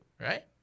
right